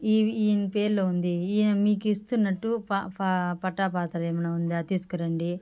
ఇవి ఈ ఈయన పేరులో ఉంది ఈయన మీకు ఇస్తున్నట్టు ప ప పట్టా పాత్ర ఏమన్నా ఉందా తీసుకురండి